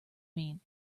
mean